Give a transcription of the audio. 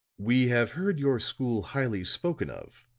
we have heard your school highly spoken of,